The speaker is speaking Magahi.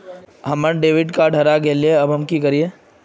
हमर डेबिट कार्ड हरा गेले अब हम की करिये?